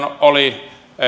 oli